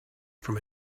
from